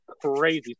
crazy